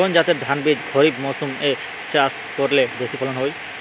কোন জাতের ধানবীজ খরিপ মরসুম এ চাষ করলে বেশি ফলন হয়?